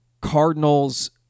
Cardinals